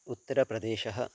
उत्तरप्रदेशः